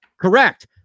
Correct